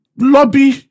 lobby